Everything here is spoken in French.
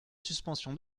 suspension